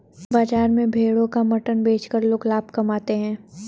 बाजार में भेड़ों का मटन बेचकर लोग लाभ कमाते है